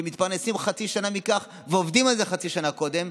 שמתפרנסים חצי שנה מכך ועובדים על זה חצי שנה קודם,